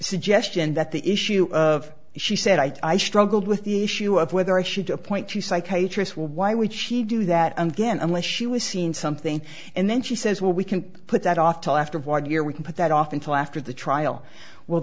suggestion that the issue of she said i struggled with the issue of whether i should point to psychiatry why would she do that again unless she was seen something and then she says well we can put that off till after voir dire we can put that off until after the trial well